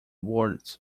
words